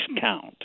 count